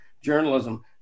journalism